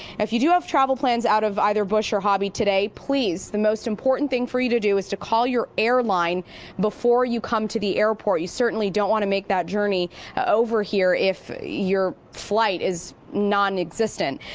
if you do have travel plans out of either bush or hobby today, please, the most important thing for you to do is to call your airline before you come to the airport. you certainly don't want to make that journey over here if your flight is nonexistent.